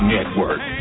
Network